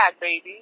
baby